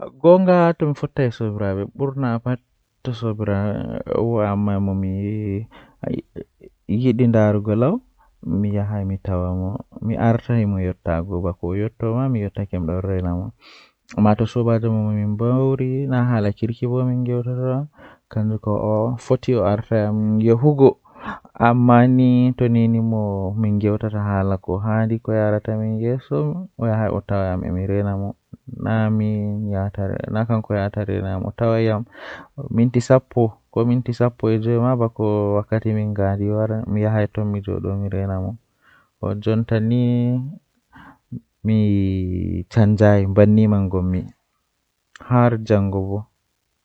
Nomi timminta nyalanɗe woonde kannjum woni Ko woni so waɗde laawol ngol njogii, miɗo yiɗi saama e waɗde goɗɗum ngal. Miɗo waawi ɗaɗi e faamde ko mi njogii ngal sabu mi foti nder huuwi, kadi miɓɓe njogii goɗɗum ngal.